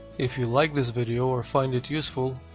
if you like this video or find it useful,